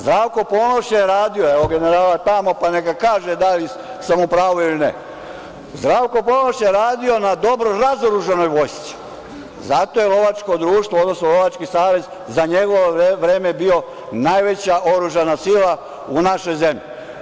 Zdravko Ponoš je radio, eno generala tamo pa neka kaže da li sam u pravu ili ne, na dobro razoružanoj vojsci, zato je lovačko društvo, odnosno lovački savez, za njegovo vreme bio najveća oružana sila u našoj zemlji.